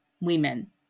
women